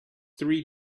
three